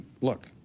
look